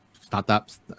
startups